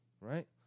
right